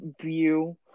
view